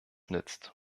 nützt